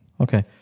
Okay